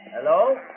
Hello